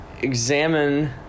examine